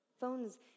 Phones